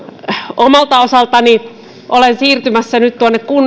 omalta osaltani olen siirtymässä nyt